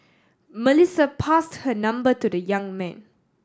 Melissa passed her number to the young man